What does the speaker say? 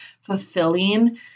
fulfilling